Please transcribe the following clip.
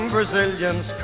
Brazilians